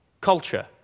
culture